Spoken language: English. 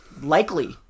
Likely